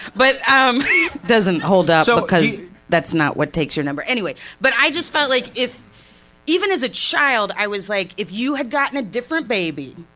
but um doesn't hold up so because that's not what takes your number anyway. but i just felt like even as a child i was like if you had gotten a different baby,